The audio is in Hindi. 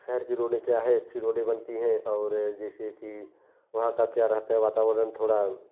शहर की रोडे क्या है अच्छी रोडे बनती है और जैसे कि यहाँ का क्या रहता है वातावरण थोड़ा